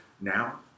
now